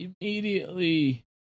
immediately